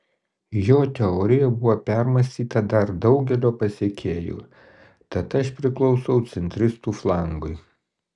jo teorija buvo permąstyta dar daugelio pasekėjų tad aš priklausau centristų flangui